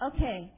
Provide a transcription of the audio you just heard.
Okay